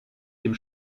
dem